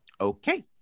Okay